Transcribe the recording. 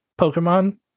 Pokemon